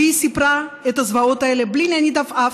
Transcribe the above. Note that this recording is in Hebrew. והיא סיפרה את הזוועות האלה בלי להניד עפעף,